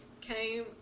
came